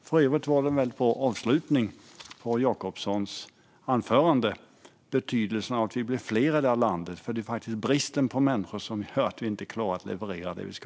För övrigt var det en väldigt bra avslutning på Jacobssons anförande om betydelsen av att vi blir fler i det här landet, för det är faktiskt bristen på människor som gör att vi inte klarar att leverera det vi ska.